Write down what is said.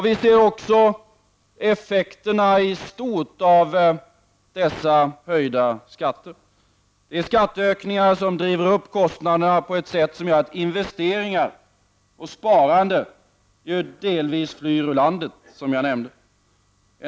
Vi ser också effekterna i stort av dessa höjda skatter. Skatteökningarna driver upp kostnaderna på ett sätt som gör att investeringar och sparande delvis flyr ur landet, som jag tidigare nämnde.